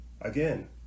again